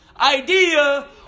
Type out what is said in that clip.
idea